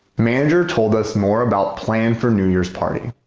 manager told us more about plan for new year's party.